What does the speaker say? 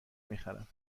میخرم